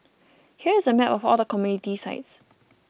here is a map of all the community sites